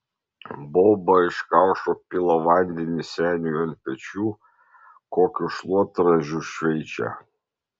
boba iš kaušo pila vandenį seniui ant pečių kokiu šluotražiu šveičia